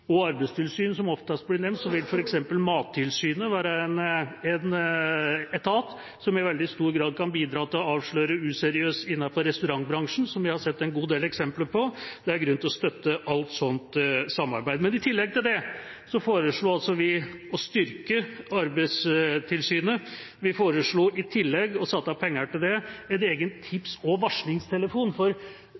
og Arbeidstilsynet, som oftest blir nevnt, vil f.eks. Mattilsynet være en etat som i veldig stor grad kan bidra til å avsløre useriøsitet innenfor restaurantbransjen, som vi har sett en god del eksempler på. Det er grunn til å støtte alt slikt samarbeid. I tillegg til det foreslår vi å styrke Arbeidstilsynet. Vi foreslår i tillegg, og har satt av penger til det, en egen tips- og varslingstelefon,